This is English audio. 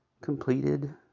completed